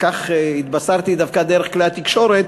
כך התבשרתי דווקא דרך כלי התקשורת,